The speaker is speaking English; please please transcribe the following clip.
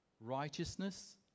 Righteousness